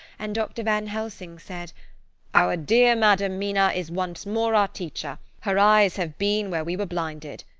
and dr. van helsing said our dear madam mina is once more our teacher. her eyes have been where we were blinded.